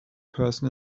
person